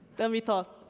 than we thought.